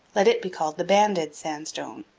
let it be called the banded sandstone.